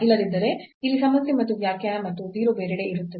ಇಲ್ಲದಿದ್ದರೆ ಇಲ್ಲಿ ಸಮಸ್ಯೆ ಮತ್ತು ವ್ಯಾಖ್ಯಾನ ಮತ್ತು 0 ಬೇರೆಡೆ ಇರುತ್ತದೆ